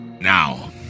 now